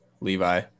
Levi